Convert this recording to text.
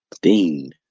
Dean